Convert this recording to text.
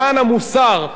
למען המוסר,